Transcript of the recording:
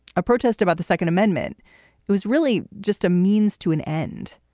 a protest about the second amendment was really just a means to an end.